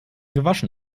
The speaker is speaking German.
gewaschen